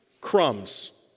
Crumbs